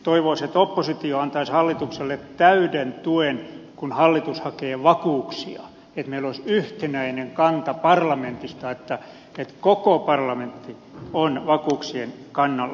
toivoisin että oppositio antaisi hallitukselle täyden tuen kun hallitus hakee vakuuksia että meillä olisi yhtenäinen kanta parlamentista että koko parlamentti on vakuuksien kannalla